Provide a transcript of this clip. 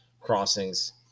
crossings